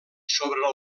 sobre